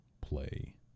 play